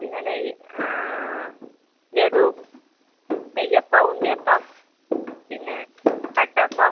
പിന്നെ ലഡു നെയ്യപ്പം ഉണ്ണിയപ്പം പിന്നെ തട്ടപ്പം